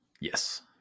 Yes